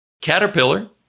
Caterpillar